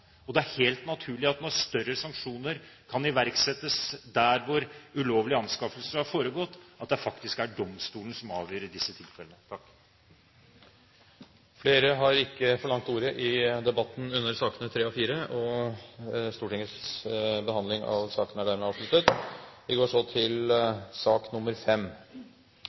og det er helt naturlig at når større sanksjoner kan iverksettes der hvor ulovlige anskaffelser har foregått, er det faktisk domstolen som avgjør i disse tilfellene. Flere har ikke bedt om ordet til sakene nr. 3 og 4. Etter ønske fra familie- og kulturkomiteen vil presidenten foreslå at taletiden begrenses til